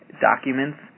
documents